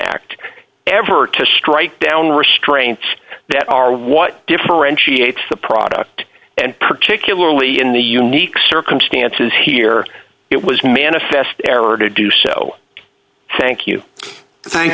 act ever to strike down restraints that are what differentiates the product and particularly in the unique circumstances here it was manifest error to do so thank you thank